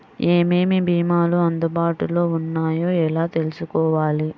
ఏమేమి భీమాలు అందుబాటులో వున్నాయో ఎలా తెలుసుకోవాలి?